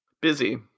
Busy